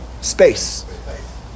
space